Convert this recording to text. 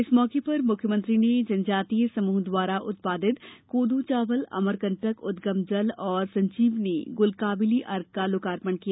इस मौके पर मुख्यमंत्री ने जनजातीय समृह द्वारा उत्पादित कोदो चावल अमरकंटक उदगम जल और संजीवनी गुलकाबिली अर्क का लोकार्पण किया